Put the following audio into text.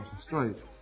straight